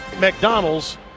McDonald's